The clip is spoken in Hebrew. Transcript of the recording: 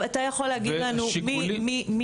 תוכל לומר לנו מי?